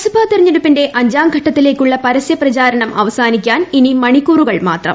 ലോക്സഭാ തെരഞ്ഞെടുപ്പിന്റെ അഞ്ചാംഘട്ടത്തിലേ ന് ക്കുള്ള പരസ്യപ്രചാരണം അവസാനിക്കാൻ ഇനി മണി ക്കൂറുകൾ മാത്രം